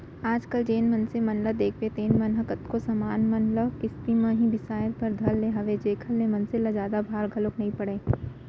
आज कल जेन मनसे मन ल देखबे तेन मन ह कतको समान मन ल किस्ती म ही बिसाय बर धर ले हवय जेखर ले मनसे ल जादा भार घलोक नइ पड़य